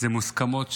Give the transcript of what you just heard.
אלה מוסכמות,